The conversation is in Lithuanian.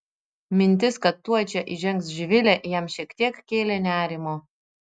mintis kad tuoj čia įžengs živilė jam šiek tiek kėlė nerimo